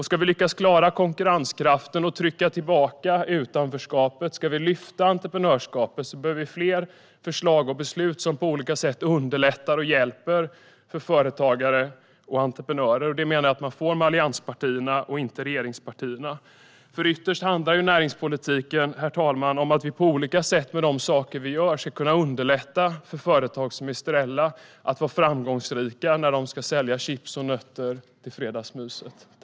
Ska vi lyckas klara konkurrenskraften, trycka tillbaka utanförskapet och lyfta entreprenörskapet behöver vi fler förslag och beslut som på olika sätt underlättar och hjälper företagare och entreprenörer. Det menar jag att man får med allianspartierna men inte med regeringspartierna. Ytterst handlar nämligen näringspolitiken om att vi på olika sätt med de saker som vi gör ska kunna underlätta för företag som Estrella att vara framgångsrika när de ska sälja chips och nötter till fredagsmyset.